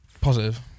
Positive